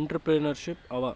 entrepreneurship ಅವಾ